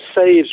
saves